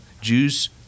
Jews